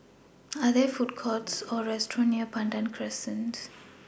Are There Food Courts Or restaurants near Pandan Crescent